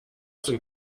sind